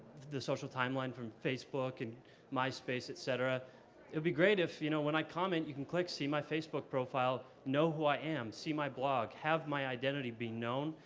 the social timeline from facebook and myspace, et cetera. it would be great if you know when i comment you can click, see my facebook profile, know who i am, see my blog, have my identity be known,